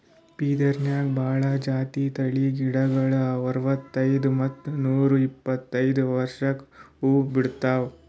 ಬಿದಿರ್ನ್ಯಾಗ್ ಭಾಳ್ ಜಾತಿ ತಳಿ ಗಿಡಗೋಳು ಅರವತ್ತೈದ್ ಮತ್ತ್ ನೂರ್ ಇಪ್ಪತ್ತೈದು ವರ್ಷ್ಕ್ ಹೂವಾ ಬಿಡ್ತಾವ್